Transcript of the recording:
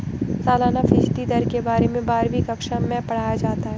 सालाना फ़ीसदी दर के बारे में बारहवीं कक्षा मैं पढ़ाया जाता है